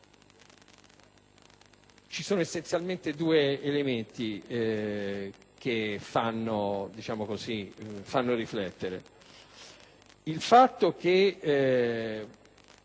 vi sono essenzialmente due elementi che fanno riflettere: